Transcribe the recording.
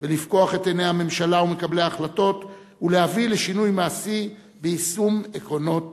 לפקוח את עיני הממשלה ומקבלי ההחלטות ולהביא לשינוי מעשי ביישום עקרונות